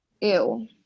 ew